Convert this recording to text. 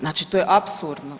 Znači to je apsurdno.